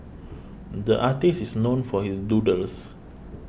the artist is known for his doodles